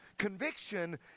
Conviction